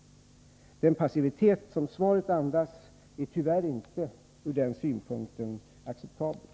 Den passivitet som svaret tyvärr andas är inte ur den synpunkten acceptabel.